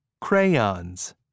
crayons